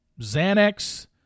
Xanax